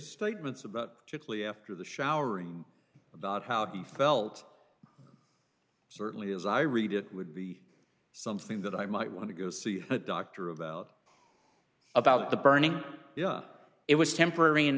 statements about typically after the shower about how he felt certainly as i read it would be something that i might want to go see a doctor about about the burning it was temporary in